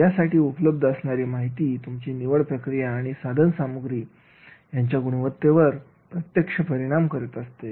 यासाठी उपलब्ध असणारी माहिती तुमची निवड प्रक्रिया आणि साधनसामुग्रीची गुणवत्ता यावर प्रत्यक्ष परिणाम करत असते